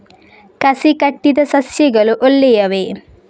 ಕಸಿ ಕಟ್ಟಿದ ಸಸ್ಯಗಳು ಒಳ್ಳೆಯವೇ?